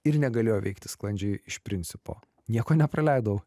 ir negalėjo veikti sklandžiai iš principo nieko nepraleidau